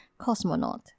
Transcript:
cosmonaut